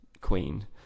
queen